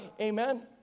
Amen